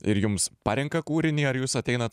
ir jums parenka kūrinį ar jūs ateinat